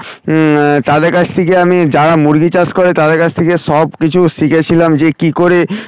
তাদের কাছ থেকে আমি যারা মুরগি চাষ করে তাদের কাছ থেকে সব কিছু শিখেছিলাম যে কী করে